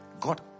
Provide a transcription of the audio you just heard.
God